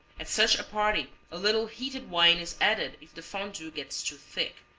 at such a party a little heated wine is added if the fondue gets too thick.